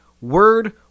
word